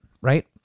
right